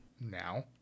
now